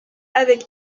avec